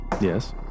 Yes